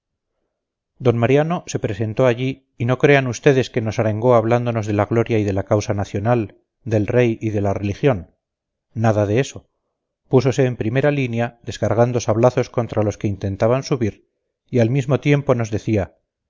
d mariano se presentó allí y no crean ustedes que nos arengó hablándonos de la gloria y de la causa nacional del rey y de la religión nada de eso púsose en primera línea descargando sablazos contra los que intentaban subir y al mismo tiempo nos decía